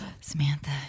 Samantha